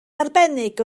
arbennig